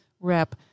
rep